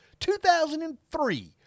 2003